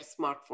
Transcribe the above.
smartphone